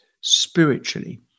spiritually